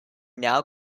now